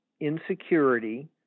insecurity